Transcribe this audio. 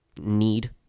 need